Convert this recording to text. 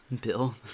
Bill